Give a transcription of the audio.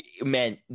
man